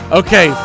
okay